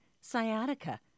sciatica